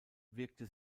wirkte